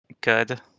good